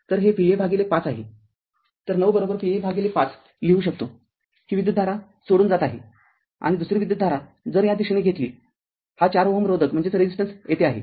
तर हे Va भागिले ५ आहे तर९ Va भागिले ५ लिहू शकतो ही विद्युतधारा सोडून जात आहे आणि दुसरी विद्युतधारा जर या दिशेने घेतली हा ४ Ω रोधक येथे आहे